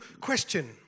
question